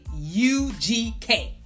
UGK